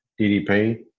DDP